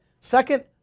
Second